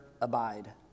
abide